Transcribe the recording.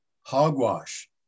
hogwash